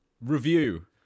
Review